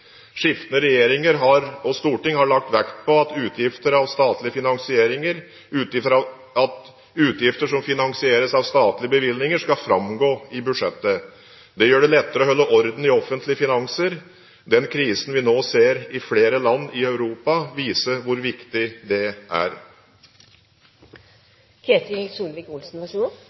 Skiftende regjeringer og storting har lagt vekt på at utgifter som finansieres av statlige bevilgninger, skal framgå av budsjettet. Det gjør det lettere å holde orden i offentlige finanser. Den krisen vi nå ser i flere land i Europa, viser hvor viktig det